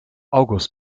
august